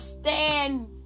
stand